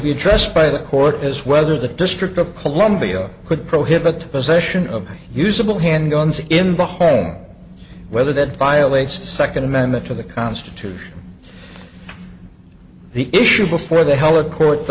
be addressed by the court is whether the district of columbia could prohibit possession of any usable handguns in the home whether that violates the second amendment to the constitution the issue before the hell a court f